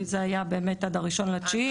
זה היה עד ה-1 בספטמבר,